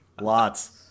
Lots